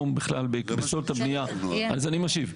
אני משיב.